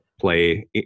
play